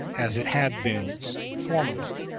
as it had been formerly.